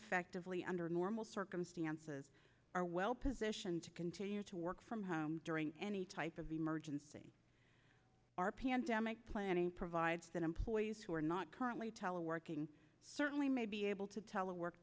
effectively under normal circumstances are well positioned to continue to work from home during any type of emergency our pandemic planning provides that employees who are not currently teleworking certainly may be able to tel